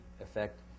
effect